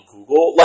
Google